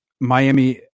Miami